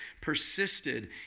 persisted